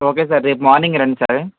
okay sir రేపు morning రండి sir